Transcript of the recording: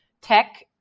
tech